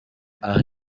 aha